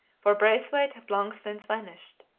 for braithwaite had long since vanished.